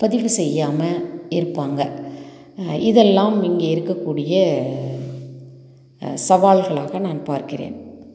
பதிவு செய்யாம இருப்பாங்க இதெல்லாம் இங்கே இருக்கக்கூடிய சவால்களாக நான் பார்க்கிறேன்